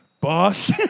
Boss